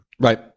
right